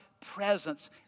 presence